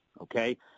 Okay